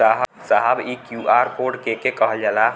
साहब इ QR code के के कहल जाला?